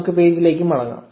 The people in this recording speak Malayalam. നമുക്ക് പേജിലേക്ക് മടങ്ങാം